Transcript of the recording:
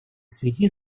связи